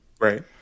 Right